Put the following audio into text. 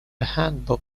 handbook